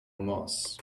moss